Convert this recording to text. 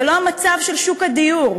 זה לא המצב של שוק הדיור,